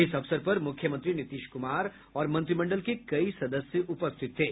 इस अवसर पर मुख्यमंत्री नीतीश कुमार और मंत्रिमंडल के कई सदस्य उपस्थित थे